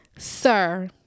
Sir